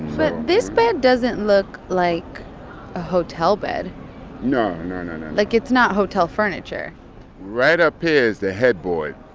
but this bed doesn't look like a hotel bed no, no, no, no like, it's not hotel furniture right up here's the headboard